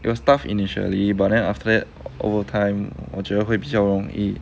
it was tough initially but then after that over time 我觉得会比较容易